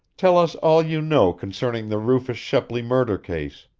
tell us all you know concerning the rufus shepley murder case.